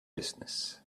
business